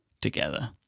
together